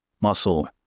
muscle